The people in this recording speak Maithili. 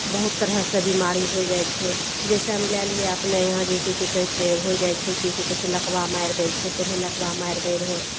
बहुत तरहसँ बीमारी होइ जाइ छै जैसेमे लए लियऽ अपने यहाँ जेकि की कहय छै होइ जाइ छै की कहय छै लकवा मारि दै छै पहिले लकवा मारि दै रहय